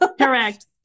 Correct